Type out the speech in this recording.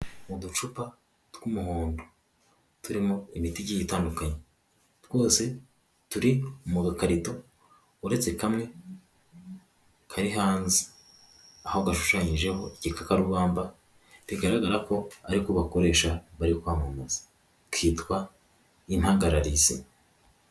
Mu ducupa tw'umuhondo turimo imiti igiye itandukanye, twose turi mu gakarito uretse kamwe kari hanze, aho gashushanyijeho igikakarubamba bigaragara ko ari ko bakoresha bari kwamamaza kitwa: impagararisi.